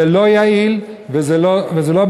אבל זה לא יעיל וזה לא בסדר.